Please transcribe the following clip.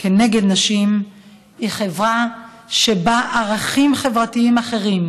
כנגד נשים היא חברה שבה ערכים חברתיים אחרים,